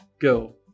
Go